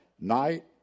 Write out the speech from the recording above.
night